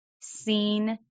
seen